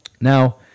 Now